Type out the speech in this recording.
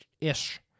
ish